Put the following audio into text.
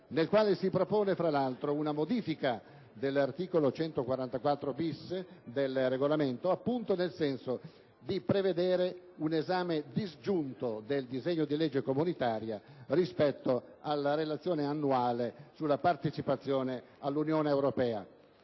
nel quale si propone tra l'altro una modifica all'articolo 144-*bis* del Regolamento, appunto nel senso di prevedere un esame disgiunto del disegno di legge comunitaria rispetto alla Relazione annuale sulla partecipazione dell'Italia all'Unione europea.